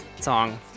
song